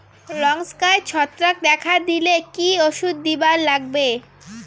লঙ্কায় ছত্রাক দেখা দিলে কি ওষুধ দিবার লাগবে?